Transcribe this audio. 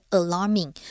alarming